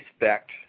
respect